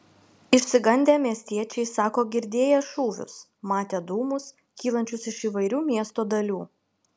išsigandę miestiečiai sako girdėję šūvius matę dūmus kylančius iš įvairių miesto dalių